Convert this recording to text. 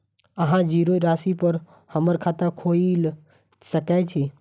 अहाँ जीरो राशि पर हम्मर खाता खोइल सकै छी?